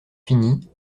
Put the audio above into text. finie